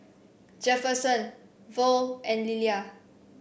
Jefferson Vaughn and Lilia